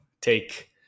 take